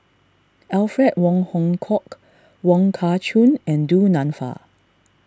Alfred Wong Hong Kwok Wong Kah Chun and Du Nanfa